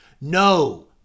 No